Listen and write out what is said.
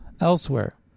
elsewhere